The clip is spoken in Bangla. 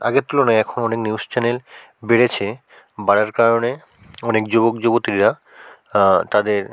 আগের তুলনায় এখন অনেক নিউস চ্যানেল বেড়েছে বাড়ার কারণে অনেক যুবক যুবতীরা তাদের